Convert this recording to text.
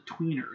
tweener